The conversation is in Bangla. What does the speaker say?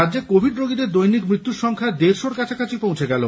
রাজ্যে কোভিড রোগীদের দৈনিক মৃত্যুর সংখ্যা দেড়শোর কাছাকাছি পৌঁছে গেল